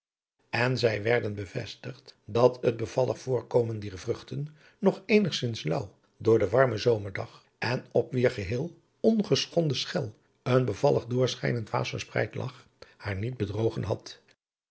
en zij werden bevestigd dat het bevallig voorkomen dier vruchten nog eenigzins laauw door den warmen zomerdag en op wier geheel ongeschonden schel een bevallig doorschijnend waas verspreid lag haar niet bedrogen had